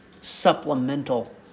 supplemental